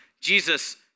Jesus